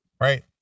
right